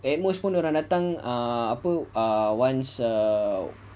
at most pun dia orang datang ah apa once err